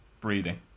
breathing